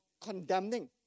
condemning